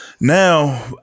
now